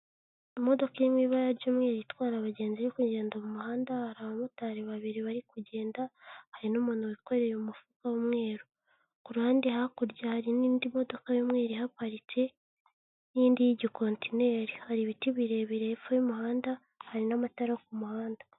Imodoka iri mu ibara ry'umweru itwara abagenzi iri kugenda mu muhanda hari abamotari babiri bari kugenda hari n'umuntu wikoreye umufuka w'umweru ku ruhande hakurya hari n'indi modoka y'umweru ihaparitse n'indi y'igikontineri hari ibiti birebire hepfo y'umuhanda hari n'amatara ku muhanda.